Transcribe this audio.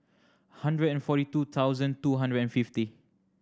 hundred and forty two thousand two hundred and fifty